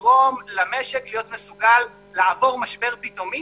לגרום למשק להיות מסוגל לעבור משבר פתאומי